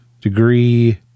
degree